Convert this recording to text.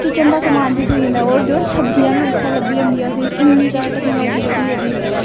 kitchen दा समान बी थ्होई जंदा औऱ ते और सब्जियां बी उत्थू लब्भी जंदियां असें इन्नी ज्यादा टेक्नोलाॅजी बधी गेदी ऐ